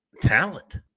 Talent